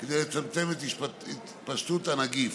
כדי לצמצם את התפשטות הנגיף.